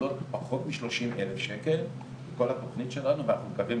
שמקבלות פחות משלושים אלף שקל, ואנחנו מתכוונים